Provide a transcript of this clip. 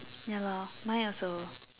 ya lor mine also